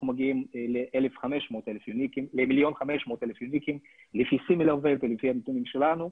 אנחנו מגיעים ל-1,500,000 יוניקים לפי סימילר ווב ולפי הנתונים שלנו,